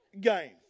game